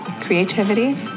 creativity